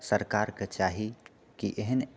सरकारके चाही कि एहन